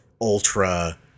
ultra